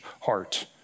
heart